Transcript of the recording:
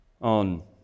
on